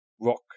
rock